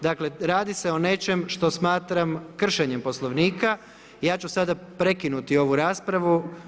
Dakle radi se o nečem što smatram kršenjem Poslovnika i ja ću sada prekinuti ovu raspravu.